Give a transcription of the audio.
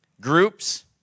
groups